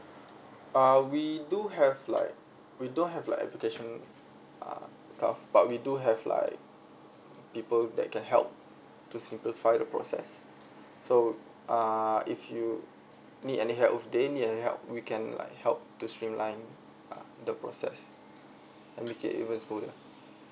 uh we do have like we do have like application uh stuff but we do have like people that can help to simplify the process so uh if you need any help or they need help we can like help the streamline uh the process and make it even smoother